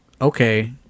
okay